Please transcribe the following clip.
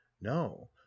no